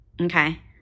okay